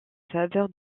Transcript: faveur